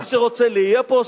מי שרוצה להיות פה,